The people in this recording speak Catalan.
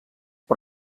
per